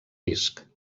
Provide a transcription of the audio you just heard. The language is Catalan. disc